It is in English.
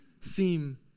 seem